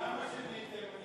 למה שיניתם,